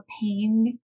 pain